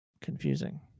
Confusing